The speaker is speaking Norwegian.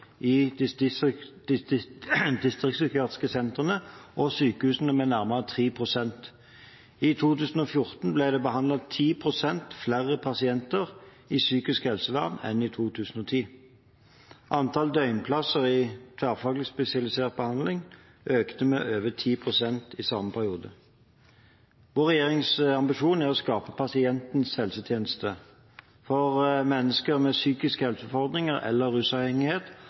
opphold i de distriktspsykiatriske sentrene og sykehusene med nærmere 3 pst. I 2014 ble det behandlet 10 pst. flere pasienter i psykisk helsevern enn i 2010. Antallet døgnplasser i tverrfaglig spesialisert behandling økte med over 10 pst. i samme periode. Vår regjerings ambisjon er å skape pasientens helsetjeneste. For mennesker med psykiske helseutfordringer eller rusavhengighet